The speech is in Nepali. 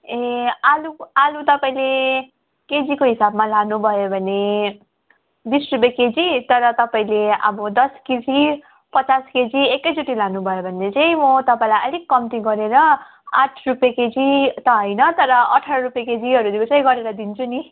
ए आलु आलु तपाईँले केजीको हिसाबमा लानुभयो भने बिस रुपियाँ केजी तर तपाईँले अब दस केजी पचास केजी एकैचोटि लानुभयो भने चाहिँ म तपाईँलाई अलिक कम्ती गरेर आठ रुपियाँ केजी त होइन तर अठार रुपियाँ केजीहरू चाहिँ गरेर दिन्छु नि